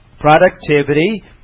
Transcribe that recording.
productivity